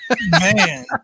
Man